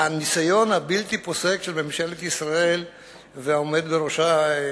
שהניסיון הבלתי-פוסק של ממשלת ישראל והעומד בראשה,